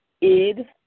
Id